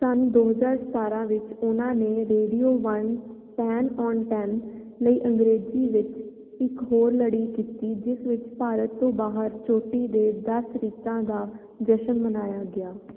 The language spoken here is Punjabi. ਸੰਨ ਦੋ ਹਜ਼ਾਰ ਸਤਾਰਾਂ ਵਿੱਚ ਉਹਨਾਂ ਨੇ radio one ten on ten ਲਈ ਅੰਗਰੇਜ਼ੀ ਵਿੱਚ ਇੱਕ ਹੋਰ ਲੜੀ ਕੀਤੀ ਜਿਸ ਵਿੱਚ ਭਾਰਤ ਤੋਂ ਬਾਹਰ ਚੋਟੀ ਦੇ ਦਸ ਰੀਤਾਂ ਦਾ ਜਸ਼ਨ ਮਨਾਇਆ ਗਿਆ